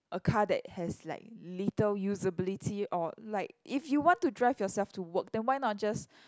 a car that has like little usability or like if you want to drive yourself to work then why not just